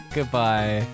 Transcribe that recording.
Goodbye